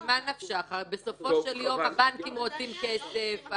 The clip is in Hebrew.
בסופו של יום הבנקים רוצים כסף,